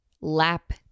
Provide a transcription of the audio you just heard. lap